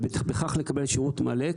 ובכך לקבל שירות מלא.